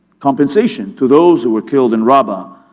compensation to those who were killed in rabaa,